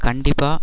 கண்டிப்பாக